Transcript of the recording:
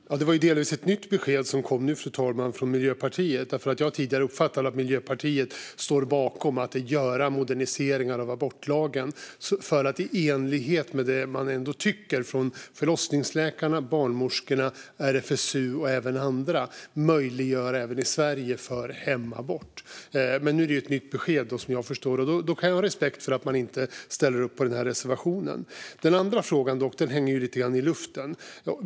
Fru talman! Det var delvis ett nytt besked som kom nu från Miljöpartiet. Jag har tidigare uppfattat att Miljöpartiet står bakom att göra moderniseringar av abortlagen för att, i enlighet med det man ändå tycker från förlossningsläkarna, barnmorskorna, RFSU och även andra, möjliggöra hemabort även i Sverige. Men nu är det ett nytt besked som jag förstår det, och då kan jag ha respekt för att man inte ställer upp på den här reservationen. Den andra frågan hänger lite grann i luften.